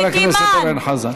חבר הכנסת אורן חזן.